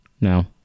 no